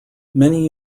many